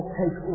take